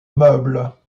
meubles